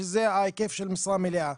שזה ההיקף של משרה מלאה.